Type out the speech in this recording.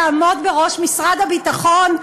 לעמוד בראש משרד הביטחון?